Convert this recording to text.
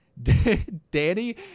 Danny